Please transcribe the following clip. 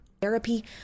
...therapy